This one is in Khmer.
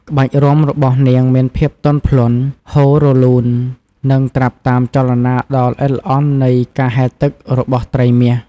ក្បាច់រាំរបស់នាងមានភាពទន់ភ្លន់ ហូររលូន និងត្រាប់តាមចលនាដ៏ល្អិតល្អន់នៃការហែលទឹករបស់ត្រីមាស។